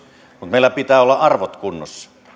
mutta meillä pitää olla arvot kunnossa niiden